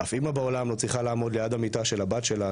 אף אמא בעולם לא צריכה לעמוד ליד המיטה של הבת שלה,